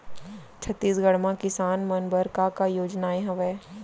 छत्तीसगढ़ म किसान मन बर का का योजनाएं हवय?